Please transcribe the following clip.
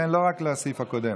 לא רק לסעיף הקודם,